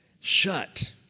Shut